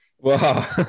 Wow